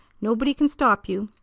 nobody can stop you.